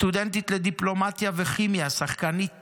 סטודנטית לדיפלומטיה וכימיה, שחקנית טניס,